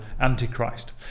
antichrist